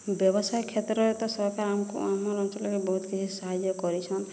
ବ୍ୟବସାୟ କ୍ଷେତ୍ରରେ ତ ସରକାର୍ ଆମକୁ ଆମର୍ ଅଞ୍ଚଲ୍ରେ ବହୁତ୍ କିଛି ସାହାଯ୍ୟ କରିଛନ୍